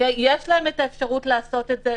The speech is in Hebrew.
יש להם את האפשרות לעשות את זה,